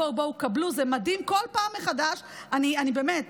בואו, בואו, קבלו, זה מדהים בכל פעם מחדש, באמת,